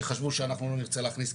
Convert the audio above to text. כי חשבו שאנחנו לא נרצה להכניס,